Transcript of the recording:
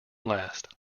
last